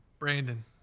Brandon